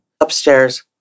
upstairs